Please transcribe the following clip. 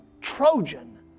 Trojan